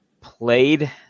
played